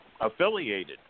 affiliated